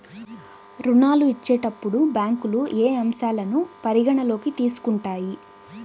ఋణాలు ఇచ్చేటప్పుడు బ్యాంకులు ఏ అంశాలను పరిగణలోకి తీసుకుంటాయి?